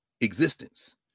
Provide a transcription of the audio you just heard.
existence